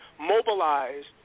mobilized